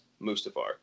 Mustafar